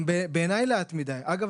גם בעיניי לאט מדי אגב,